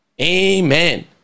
Amen